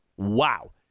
Wow